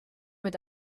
mit